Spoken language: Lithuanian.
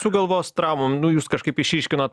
su galvos traumom nu jūs kažkaip išryškinot